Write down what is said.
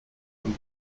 can